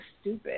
stupid